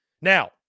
Now